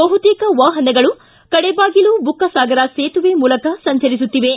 ಬಹುತೇಕ ವಾಹನಗಳು ಕಡೆಬಾಗಿಲು ಬುಕ್ಕಸಾಗರ ಸೇತುವೆ ಮೂಲಕ ಸಂಚರಿಸುತ್ತಿವೆ